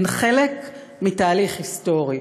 הן חלק מתהליך היסטורי